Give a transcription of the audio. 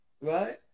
right